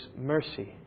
mercy